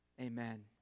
amen